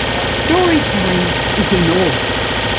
storytelling is in all of us.